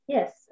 Yes